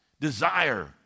desire